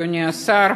אדוני השר,